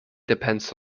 depends